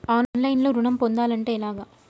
ఆన్లైన్లో ఋణం పొందాలంటే ఎలాగా?